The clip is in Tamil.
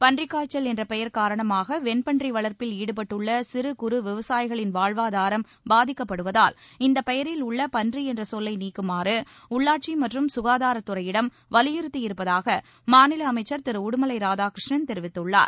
பன்றிக்காய்ச்சல் என்ற பெயர் காரணமாக வெண்பன்றி வளர்ப்பில் ஈடுபட்டுள்ள சிறு குறு விவசாயிகளின் வாழ்வாதாரம் பாதிக்கப்படுவதால் இந்தப் பெயரில் உள்ள பன்றி என்ற சொல்லை நீக்குமாறு உள்ளாட்சி மற்றும் சுகாதாரத்துறையிடம் வலியுறுத்தியிருப்பதாக மாநில அமைச்சர் திரு உடுமலை ராதாகிருஷ்ணன் தெரிவித்துள்ளார்